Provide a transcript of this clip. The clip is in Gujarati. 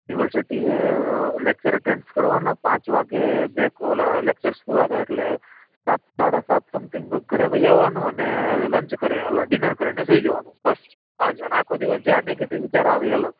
યુનિવર્સિટીએ લેક્ચર એટેંડ કરવાના પાંચ વાગ્યે બ્રેક ઓલા લેક્ચર પુરા થાય એટલે સાત સાડા સાત સમથિંગ ઘરે વઈ આવાનું અને લંચ કર્યા ડિનર કરીને સૂઈ જવાનું બસ આ જ અને આખો દિવસ જે આ નેગેટિવ વિચારો આવે એ અલગ